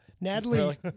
Natalie